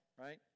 Right